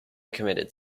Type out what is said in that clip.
committed